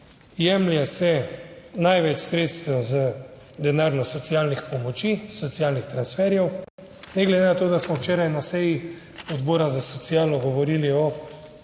Jemlje se največ sredstev z denarno socialnih pomoči, socialnih transferjev, ne glede na to, da smo včeraj na seji odbora za socialo govorili o